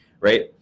right